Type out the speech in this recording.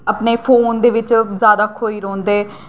अपने फोन दे बिच ज्यादा खोही रौंह्दे